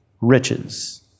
riches